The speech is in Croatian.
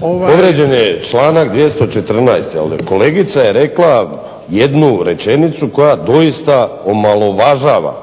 Povrijeđen je članak 214. jer kolegica je rekla jednu rečenicu koja doista omalovažava